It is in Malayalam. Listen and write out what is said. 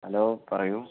ഹലോ പറയൂ